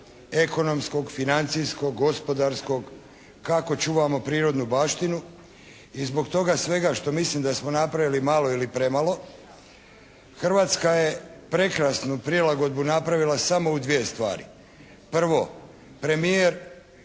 ekonomskog, financijskog, gospodarskog? Kako čuvamo prirodnu baštinu? I zbog toga svega što mislim da smo napravili malo ili premalo, Hrvatska je prekrasnu prilagodbu napravila samo u dvije stvari. Prvo. Premijer prekrasno